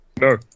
No